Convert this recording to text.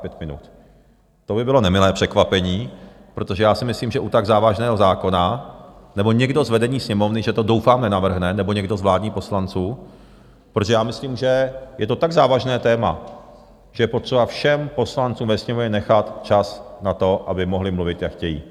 To by bylo nemilé překvapení, protože já si myslím, že u tak závažného zákona, nebo někdo z vedení Sněmovny, že to doufám nenavrhne, nebo někdo z vládních poslanců, protože já myslím, že je to tak závažné téma, že je potřeba všem poslancům ve Sněmovně nechat čas na to, aby mohli mluvit, jak chtějí.